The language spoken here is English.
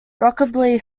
rockabilly